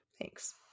Thanks